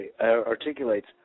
articulates